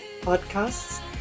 podcasts